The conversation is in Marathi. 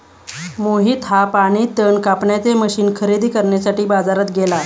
मोहित हा पाणी तण कापण्याचे मशीन खरेदी करण्यासाठी बाजारात गेला